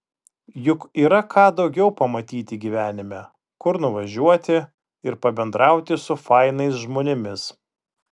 juk yra ką daugiau pamatyti gyvenime kur nuvažiuoti ir pabendrauti su fainais žmonėmis